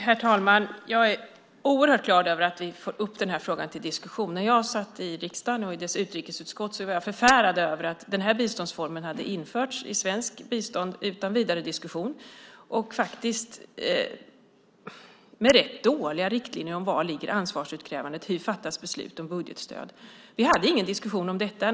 Herr talman! Jag är oerhört glad över att vi får upp den här frågan till diskussion. När jag satt i riksdagen och dess utrikesutskott var jag förfärad över att den här biståndsformen hade införts i svenskt bistånd utan vidare diskussion och med rätt dåliga riktlinjer om var ansvarsutkrävandet ligger och hur beslut om budgetstöd fattas. Vi hade ingen diskussion om detta.